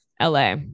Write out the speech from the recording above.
LA